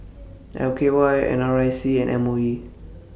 L K Y N R I C and M O E